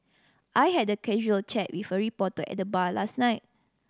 I had a casual chat with a reporter at the bar last night